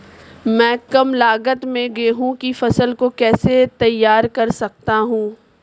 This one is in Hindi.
मैं कम लागत में गेहूँ की फसल को कैसे तैयार कर सकता हूँ?